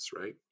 right